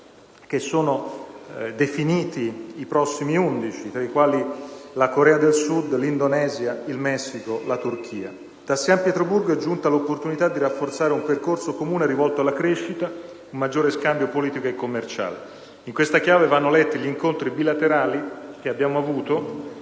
Paesi definiti come «i prossimi 11», tra i quali la Corea del Sud, l'Indonesia, il Messico, la Turchia. Da San Pietroburgo è giunta l'opportunità di rafforzare un percorso comune rivolto alla crescita e a un maggiore scambio politico e commerciale. In questa chiave vanno letti gli incontri bilaterali che abbiamo avuto